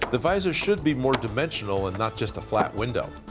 the visor should be more dimensional and not just a flat window.